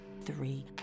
Three